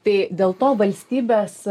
tai dėl to valstybės